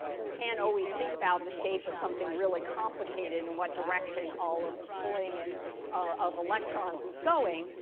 you can't always think about the shape of something really complicated and what direction all of the pulling and of electrons is going,